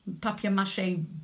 papier-mâché